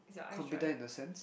competent in the sense